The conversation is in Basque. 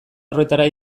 horretara